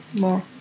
more